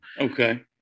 Okay